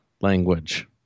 language